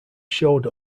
showed